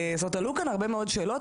עלו כאן הרבה מאוד שאלות,